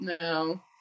No